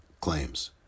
claims